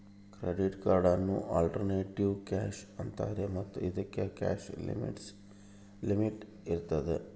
credit ಕಾರ್ಡನ್ನು alternative cash ಅಂತಾರೆ ಮತ್ತು ಇದಕ್ಕೆ ಕ್ಯಾಶ್ ಲಿಮಿಟ್ ಇರ್ತದ